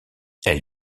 elle